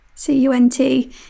C-U-N-T